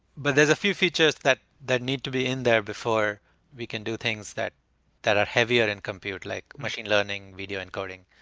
but a few features that that need to be in there before we can do things that that are heavier in computer, like machine learning, video encoding,